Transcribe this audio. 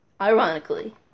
Ironically